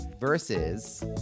versus